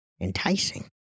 enticing